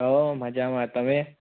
હ મજામાં તમે